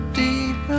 deep